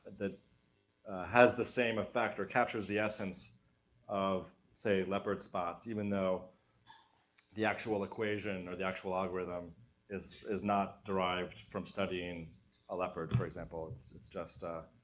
that has the same effect or captures the essence of, say, leopard spots, even though the actual equation or the actual algorithm is, is not derived from studying a leopard, for example. it's, it's just,